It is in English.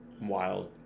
Wild